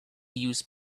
use